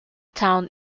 town